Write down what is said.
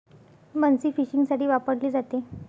बन्सी फिशिंगसाठी वापरली जाते